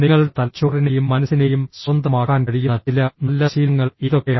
നിങ്ങളുടെ തലച്ചോറിനെയും മനസ്സിനെയും സ്വതന്ത്രമാക്കാൻ കഴിയുന്ന ചില നല്ല ശീലങ്ങൾ ഏതൊക്കെയാണ്